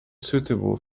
suitable